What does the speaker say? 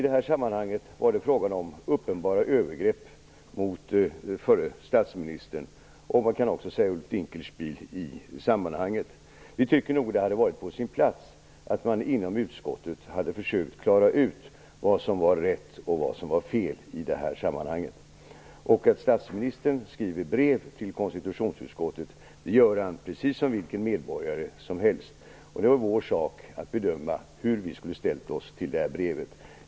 Det var fråga om uppenbara övergrepp mot förre statsministern och Ulf Vi tycker att det hade varit på sin plats att man inom utskottet hade försökt att klara ut vad som var rätt och fel. Statsministern skriver brev till konstitutionsutskottet precis som vilken medborgare som helst. Det var vår sak att bedöma hur vi skulle ha ställt oss till brevet.